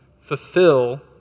Fulfill